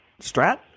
Strat